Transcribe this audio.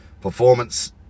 performance